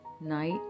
night